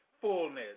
fullness